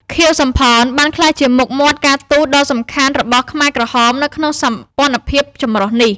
ខៀវ សំផន បានក្លាយជាមុខមាត់ការទូតដ៏សំខាន់របស់ខ្មែរក្រហមនៅក្នុងសម្ព័ន្ធភាពចម្រុះនេះ។